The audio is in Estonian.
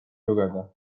lugeda